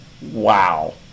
wow